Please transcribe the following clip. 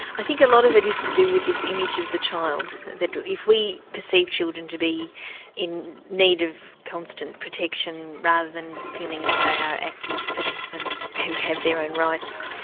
i think a lot of it is to do with this image of the child, that if we perceive children to be in need of constant protection rather than feeling that they are active participants who have their own rights,